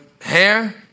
hair